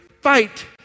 fight